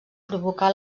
provocà